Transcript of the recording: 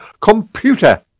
computer